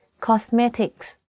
Cosmetics